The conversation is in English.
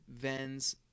Vens